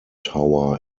tower